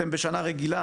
אתם בשנה רגילה